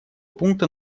пункта